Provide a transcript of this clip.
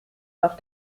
noch